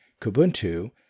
Kubuntu